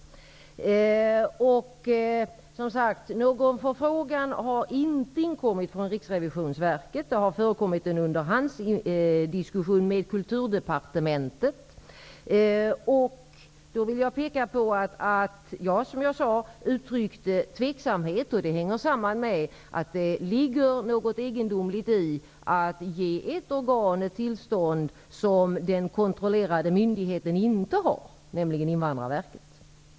Som sagt har inte någon förfrågan inkommit från Riksrevisionsverket. Det har förekommit en underhandsdiskussion med Kulturdepartementet. Jag vill peka på att jag, vilket jag sade, uttryckte tveksamhet. Det hänger samman med att det ligger något egendomligt i att ge ett organ ett tillstånd som den kontrollerade myndigheten inte har, nämligen Invandrarverket.